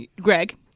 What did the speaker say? Greg